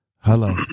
Hello